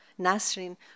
Nasrin